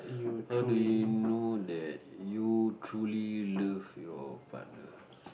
how do you know that you truly love your partner